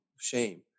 shame